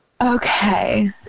Okay